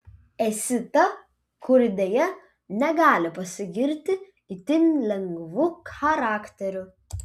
esi ta kuri deja negali pasigirti itin lengvu charakteriu